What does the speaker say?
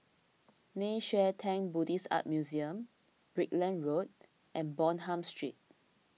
Nei Xue Tang Buddhist Art Museum Brickland Road and Bonham Street